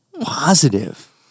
positive